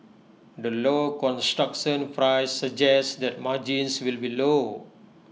the low construction flies suggests that margins will be low